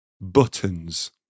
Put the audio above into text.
Buttons